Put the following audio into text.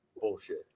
bullshit